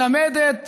מלמד על